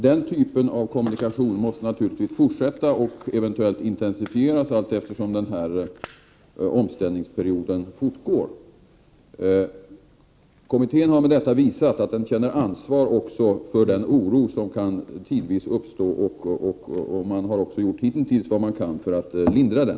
Den typen av kommunikation måste naturligtvis fortsätta och eventuellt intensifieras, allteftersom omställningsperioden fortgår. Kommittén har med detta visat att den känner ansvar också för den oro som tidvis kan uppstå. Man har också hitintills gjort vad man kan för att lindra den.